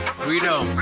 freedom